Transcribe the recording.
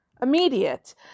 immediate